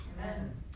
Amen